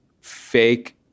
fake